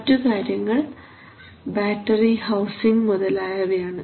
മറ്റു കാര്യങ്ങൾ battery housing മുതലായവയാണ്